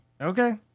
Okay